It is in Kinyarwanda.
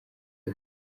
yose